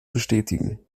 bestätigen